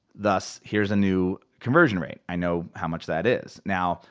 thus, here's a new conversion rate. i know how much that is. now,